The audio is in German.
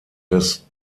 des